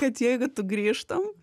kad jeigu tu grįžtum